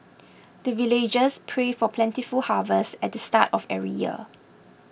the villagers pray for plentiful harvest at the start of every year